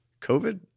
COVID